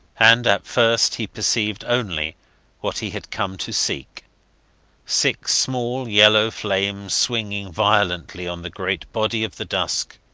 and at first he perceived only what he had come to seek six small yellow flames swinging violently on the great body of the dusk.